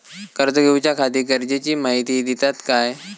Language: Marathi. कर्ज घेऊच्याखाती गरजेची माहिती दितात काय?